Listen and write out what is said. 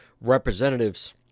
representatives